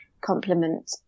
compliment